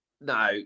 No